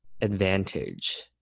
advantage